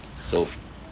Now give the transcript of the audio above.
so